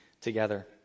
together